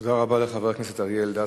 תודה רבה לחבר הכנסת אריה אלדד.